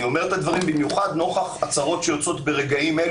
אני אומר את הדברים במיוחד נוכח הצהרות שיוצאות ברגעים אלה